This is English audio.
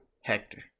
Hector